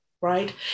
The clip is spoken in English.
right